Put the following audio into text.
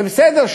זה בסדר,